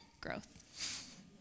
growth